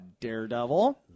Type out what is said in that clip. Daredevil